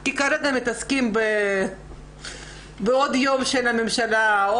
כי הרגע מתעסקים בעוד יום לממשלה,